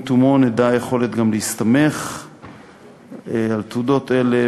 עם תומו נדע מה היכולת להסתמך על תעודות אלה